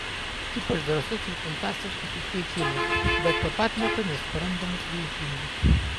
ypač drąsus ir fantastiškas užkeikimas bet tuo pat metu nesuprantamas ir juokingas